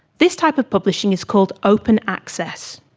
this type of publishing is called open access.